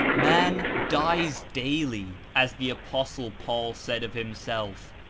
man dies daily, as the apostle paul said of himself,